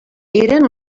eren